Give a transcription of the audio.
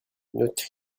notre